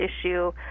issue